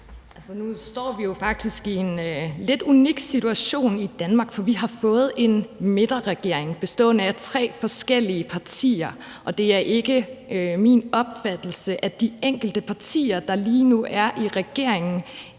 Nu står vi jo faktisk i en lidt unik situation i Danmark, for vi har fået en midterregering bestående af tre forskellige partier. Og det er ikke min opfattelse, at de enkelte partier, der lige nu er i regeringen,